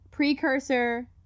Precursor